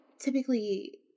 typically